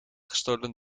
gestolen